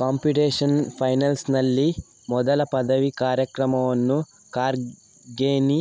computational ಫೈನಾನ್ಸಿನಲ್ಲಿ ಮೊದಲ ಪದವಿ ಕಾರ್ಯಕ್ರಮವನ್ನು ಕಾರ್ನೆಗೀ